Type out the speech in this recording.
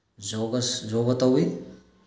ꯌꯣꯒꯥꯁ ꯌꯣꯒꯥ ꯇꯧꯋꯤ